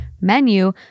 menu